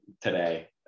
today